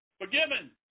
Forgiven